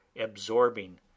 absorbing